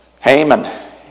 Haman